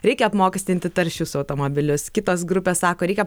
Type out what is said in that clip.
reikia apmokestinti taršius automobilius kitos grupės sako reikia